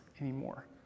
anymore